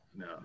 No